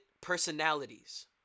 personalities